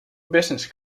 business